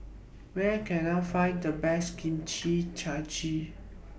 Where Can I Find The Best Kimchi Jjigae